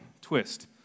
Twist